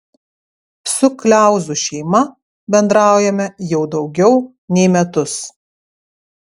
su kliauzų šeima bendraujame jau daugiau nei metus